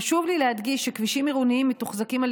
חשוב לי להדגיש שכבישים עירוניים מתוחזקים על